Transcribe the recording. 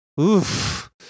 oof